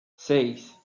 seis